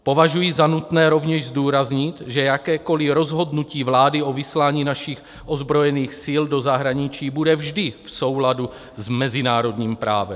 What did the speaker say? Považuji za nutné rovněž zdůraznit, že jakékoliv rozhodnutí vlády o vyslání našich ozbrojených sil do zahraničí bude vždy v souladu s mezinárodním právem.